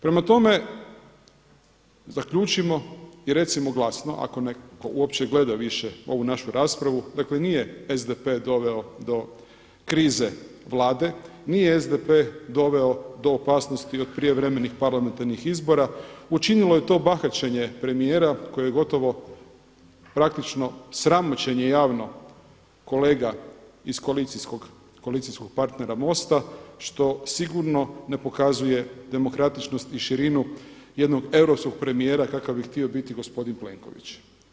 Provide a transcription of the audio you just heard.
Prema tome, zaključimo i recimo glasno, ako neko uopće gleda više ovu našu raspravu, dakle nije SDP doveo do krize Vlade, nije SDP doveo do opasnosti od prijevremenih parlamentarnih izbora, učinilo je to bahaćenje premijera koji je gotovo praktično sramoćenje javno kolega iz koalicijskog partnera MOST-a što sigurno ne pokazuje demokratičnost i širinu jednog europskog premijera kakav bi htio biti gospodin Plenković.